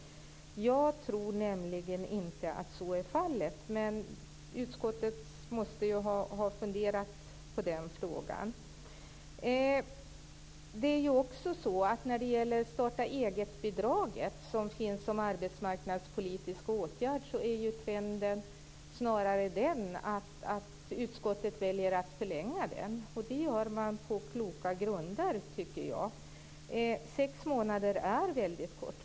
Jag tror nämligen inte att så är fallet. Men utskottet måste ju ha funderat på den frågan. När det gäller starta-eget-bidraget som finns som arbetsmarknadspolitisk åtgärd är trenden snarare den att utskottet väljer att förlänga den. Det gör man på kloka grunder, tycker jag. Sex månader är väldigt kort.